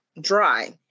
dry